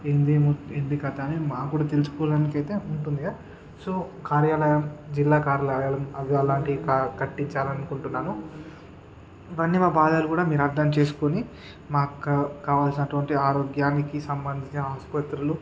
ఏంది ఏంది కథ అని మాకు తెలుసుకోవాలనయితే ఉంటుందిగా సో కార్యాలయం జిల్లా కార్యాలయం అలాంటివి క కట్టించాలనుకుంటున్నాను ఇవన్నీ మా బాధలు కూడా మీరు అర్థం చేసుకోని మాకు కా కావాల్సినటువంటి ఆరోగ్యానికి సంబంధించిన ఆసుపత్రులు